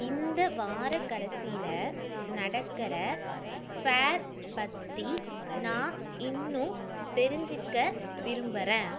இந்த வார கடைசியில நடக்கிற ஃபேர் பற்றி நான் இன்னும் தெரிஞ்சிக்க விரும்புகிறேன்